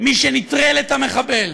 מי שנטרל את המחבל,